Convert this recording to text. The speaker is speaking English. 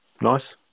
Nice